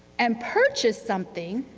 and purchase something